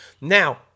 Now